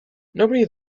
nobody